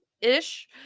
ish